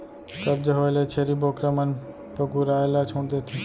कब्ज होए ले छेरी बोकरा मन पगुराए ल छोड़ देथे